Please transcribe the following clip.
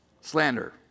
Slander